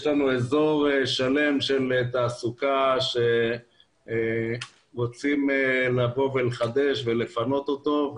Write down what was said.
לנו אזור שלם של תעסוקה שרוצים לחדש ולפנות אותו.